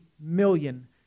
million